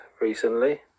recently